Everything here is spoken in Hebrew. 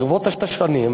ברבות השנים,